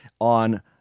on